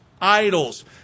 idols